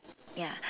ya